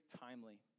timely